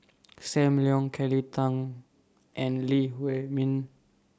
SAM Leong Kelly Tang and Lee Huei Min